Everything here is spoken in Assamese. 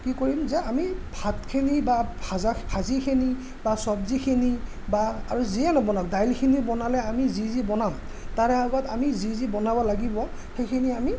কি কৰিম যে আমি ভাতখিনি বা ভাজা ভাজিখিনি বা চব্জিখিনি বা আৰু যিয়ে নবনাওঁক দাইলখিনি বনালে আমি যি যি বনাম তাৰে আগত আমি যি যি বনাব লাগিব সেইখিনি আমি